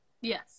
yes